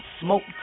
smoke